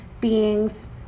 beings